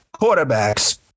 quarterbacks